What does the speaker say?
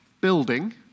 building